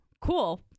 cool